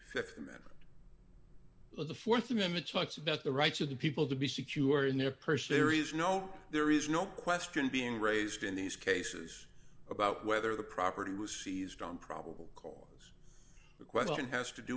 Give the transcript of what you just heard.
amendment the th amendment talks about the rights of the people to be secure in their person here is no there is no question being raised in these cases about whether the property was seized on probable cause the question has to do